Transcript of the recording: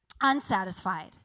unsatisfied